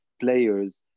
players